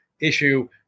issue